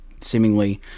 seemingly